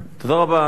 אדוני היושב-ראש,